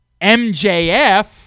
MJF